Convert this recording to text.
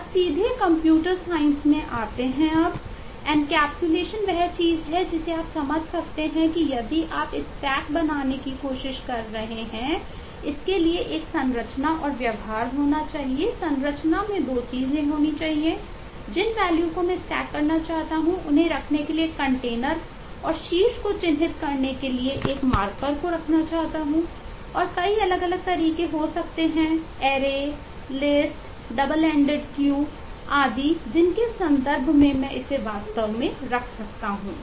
और सीधे computer science आदि जिनके संदर्भ मैं इसे वास्तव में रख सकता हूं